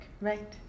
Right